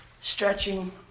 stretching